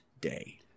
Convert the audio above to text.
day